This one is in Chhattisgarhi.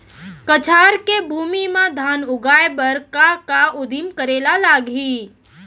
कछार के भूमि मा धान उगाए बर का का उदिम करे ला लागही?